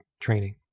training